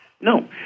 No